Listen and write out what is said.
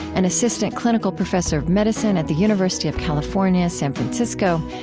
an assistant clinical professor of medicine at the university of california san francisco,